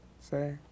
say